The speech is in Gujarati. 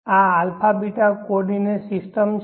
આ αβ કોર્ડીનેટ સિસ્ટમ છે